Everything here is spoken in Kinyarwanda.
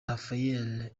rafael